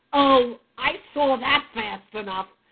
oh, i saw that fast enough.